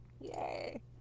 yay